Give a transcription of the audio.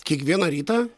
kiekvieną rytą